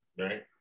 right